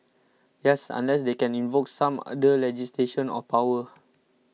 yes unless they can invoke some other legislation or power